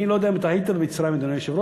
אני לא יודע אם היית במצרים, אדוני היושב-ראש.